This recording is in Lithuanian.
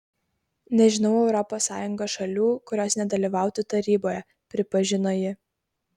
nežinau europos sąjungos šalių kurios nedalyvautų taryboje pripažino ji